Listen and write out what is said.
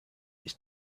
its